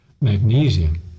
Magnesium